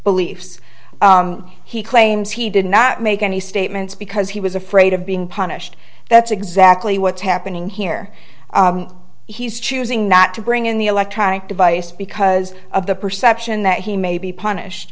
beliefs he claims he didn't make any statements because he was afraid of being punished that's exactly what's happening here he's choosing not to bring in the electronic device because of the perception that he may be